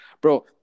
bro